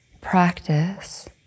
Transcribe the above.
practice